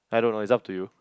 I don't know it's up to you